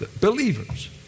believers